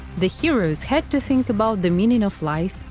the heroes had to think about the meaning of life,